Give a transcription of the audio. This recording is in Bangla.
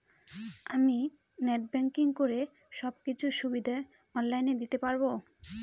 আমি নেট ব্যাংকিং করে সব কিছু সুবিধা অন লাইন দিতে পারবো?